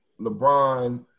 LeBron